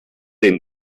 den